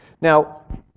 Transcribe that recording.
Now